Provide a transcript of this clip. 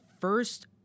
first